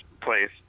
place